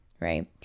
right